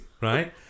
right